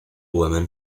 women